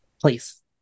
please